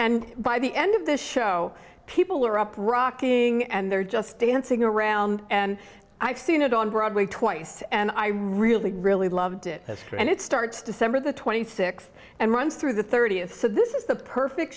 and by the end of the show people are up rocking and they're just dancing around and i've seen it on broadway twice and i really really loved it and it starts december the twenty sixth and runs through the thirtieth so this is the perfect